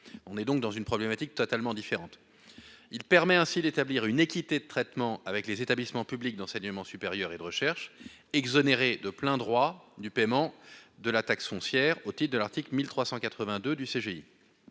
on est donc dans une problématique totalement différente, il permet ainsi d'établir une équité de traitement avec les établissements publics d'enseignement supérieur et de recherche exonérés de plein droit du paiement de la taxe foncière, au titre de l'article 1382 du CGI